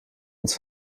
uns